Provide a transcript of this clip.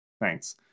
Thanks